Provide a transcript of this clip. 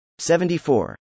74